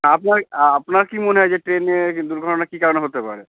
আপনার আ আপনার কী মনে হয় যে ট্রেনে দুর্ঘটনা কী কারণে হতে পারে